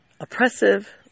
oppressive